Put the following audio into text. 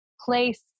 place